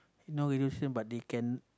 not using but they can